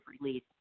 release